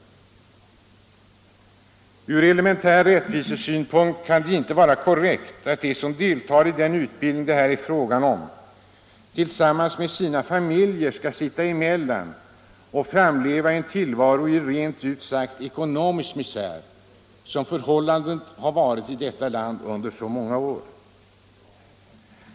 Nr 84 Ur elementär rättvisesynpunkt kan det inte vara korrekt att de som Tisdagen den deltar i den utbildning det här är fråga om tillsammans med sina familjer 20 maj 1975 skall sitta emellan och framleva i rent ut sagt ekonomisk misär, vilket =— SA har varit förhållandet i detta land under många år.